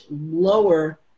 lower